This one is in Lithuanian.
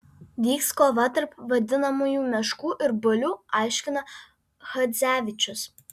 vyks kova tarp vadinamųjų meškų ir bulių aiškina chadzevičius